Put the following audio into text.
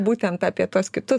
būtent apie tuos kitus